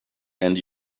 and